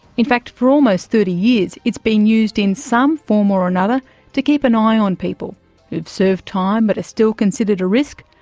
in fact, for almost thirty years, it's been used in some form or another to keep an eye on people who've served time, but are still considered a risk,